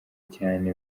cyane